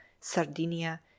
Sardinia